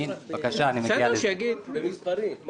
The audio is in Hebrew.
קצת במספרים,